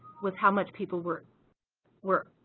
with how much people were were